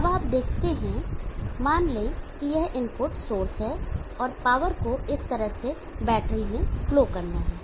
अब आप देखते हैं मान लें कि यह इनपुट सोर्स है और पावर को इस तरह से बैटरी में फ्लो करना है